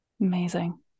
amazing